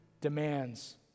demands